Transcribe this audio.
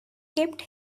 kept